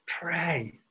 Pray